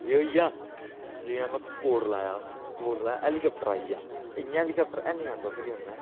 एह् होई गेआ जि'यां में कोई कोट लाया कोट लाया हैलीकैप्टर आई गेआ इ'यां हैलीकैप्टर हैनी आंदा उस गेमै